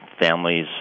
families